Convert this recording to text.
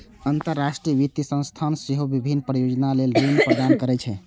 अंतरराष्ट्रीय वित्तीय संस्थान सेहो विभिन्न परियोजना लेल ऋण प्रदान करै छै